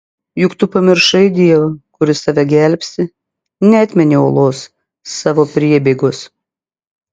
juk tu pamiršai dievą kuris tave gelbsti neatmeni uolos savo priebėgos